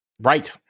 Right